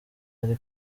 ari